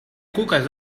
cuques